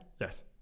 Yes